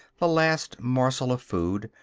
the last morsel of food.